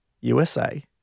USA